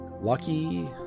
Lucky